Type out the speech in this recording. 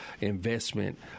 investment